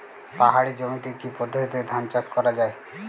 পাহাড়ী জমিতে কি পদ্ধতিতে ধান চাষ করা যায়?